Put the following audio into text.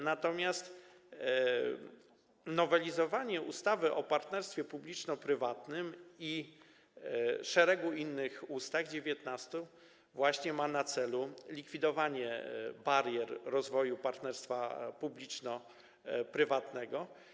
Natomiast nowelizowanie ustawy o partnerstwie publiczno-prywatnym i szeregu innych ustaw, dziewiętnastu, ma na celu właśnie likwidowanie barier dla rozwoju partnerstwa publiczno-prywatnego.